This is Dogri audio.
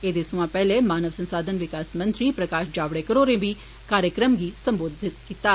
एदे सोयां पेहले मानव संसाधन विकास मंत्री प्रकाश जावेडकर होरें बी कार्यक्रम गी सम्बोधित कीता हा